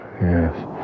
yes